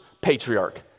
patriarch